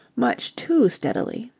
much too steadily.